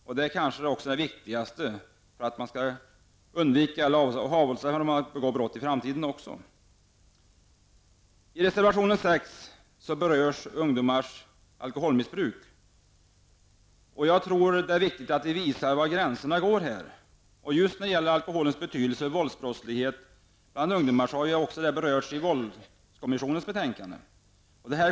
Detta är kanske det viktigaste för att barn skall avhålla sig från att begå brott i framtiden. Jag tror att det är viktigt att vi visar var gränserna går. Just när det gäller alkoholens betydelse för våldsbrottslighet bland ungdomar har ju detta även berörts av våldskommissionens betänkande.